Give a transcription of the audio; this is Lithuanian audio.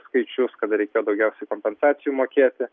skaičius kada reikėjo daugiau kompensacijų mokėti